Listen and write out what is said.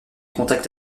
contacts